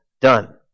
done